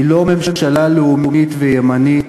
היא לא ממשלה לאומית וימנית,